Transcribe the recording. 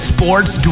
Sports